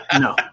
no